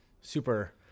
super